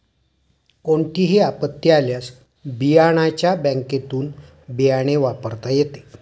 कोणतीही आपत्ती आल्यास बियाण्याच्या बँकेतुन बियाणे वापरता येते